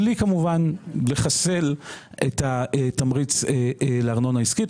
בלי כמובן לחסל את התמריץ לארנונה עסקית.